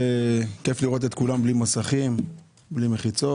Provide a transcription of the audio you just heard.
כיף לראות את כולם בלי מסכים ובלי מחיצות.